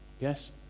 Yes